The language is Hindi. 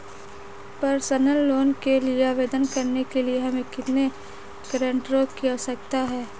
पर्सनल लोंन के लिए आवेदन करने के लिए हमें कितने गारंटरों की आवश्यकता है?